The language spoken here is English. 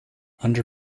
under